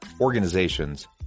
organizations